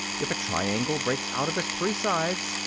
if a triangle breaks out of its three sides,